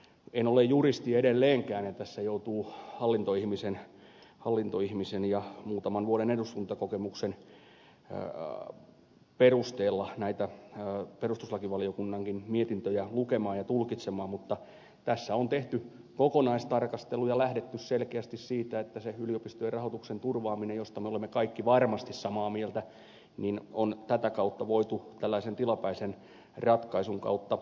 en ole juristi edelleenkään ja tässä joutuu hallintoihmisen ja muutaman vuoden eduskuntakokemuksen perusteella näitä perustuslakivaliokunnankin mietintöjä lukemaan ja tulkitsemaan mutta tässä on tehty kokonaistarkastelu ja lähdetty selkeästi siitä että se yliopistojen rahoituksen turvaaminen josta me olemme kaikki varmasti samaa mieltä on tätä kautta voitu tällaisen tilapäisen ratkaisun kautta tehdä